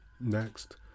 Next